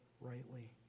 rightly